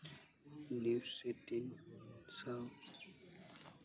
dish setting ᱥᱟᱶ